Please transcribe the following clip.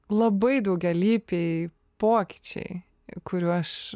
labai daugialypiai pokyčiai kurių aš